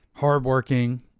Hardworking